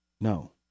No